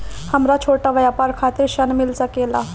हमरा छोटा व्यापार खातिर ऋण मिल सके ला?